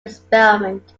experiment